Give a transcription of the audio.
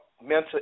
mental